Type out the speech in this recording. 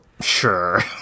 Sure